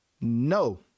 no